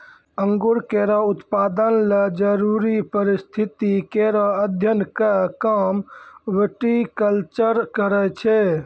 अंगूर केरो उत्पादन ल जरूरी परिस्थिति केरो अध्ययन क काम विटिकलचर करै छै